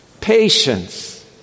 patience